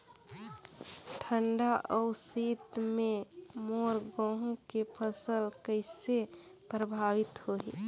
ठंडा अउ शीत मे मोर गहूं के फसल कइसे प्रभावित होही?